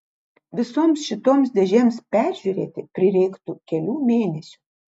visoms šitoms dėžėms peržiūrėti prireiktų kelių mėnesių